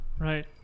Right